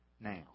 now